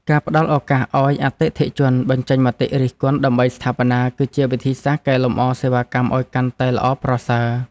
ការផ្តល់ឱកាសឱ្យអតិថិជនបញ្ចេញមតិរិះគន់ដើម្បីស្ថាបនា គឺជាវិធីសាស្ត្រកែលម្អសេវាកម្មឱ្យកាន់តែល្អប្រសើរ។